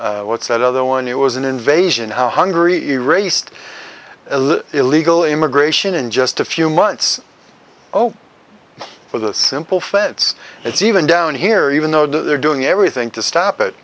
numbers what's that other one it was an invasion how hungry erased illegal immigration in just a few months oh for the simple fence it's even down here even though they're doing everything to stop it